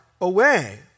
away